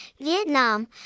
Vietnam